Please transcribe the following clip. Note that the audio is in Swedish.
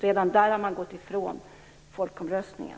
Redan där har man alltså gått ifrån folkomröstningen.